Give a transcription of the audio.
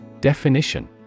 Definition